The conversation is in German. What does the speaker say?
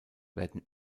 werden